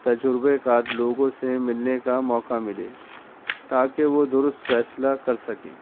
تجربے کار لوگوں سے ملنے کا موقع ملے تاکہ وہ درست فیصلہ کر سکیں